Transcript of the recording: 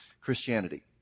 Christianity